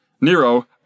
Nero